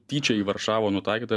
tyčia į varšavą nutaikyta